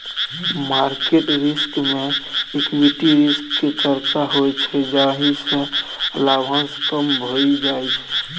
market risk मे equity risk केर चर्चा होइ छै जाहि सँ लाभांश कम भए जाइ छै